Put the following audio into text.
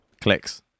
Clicks